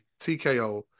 TKO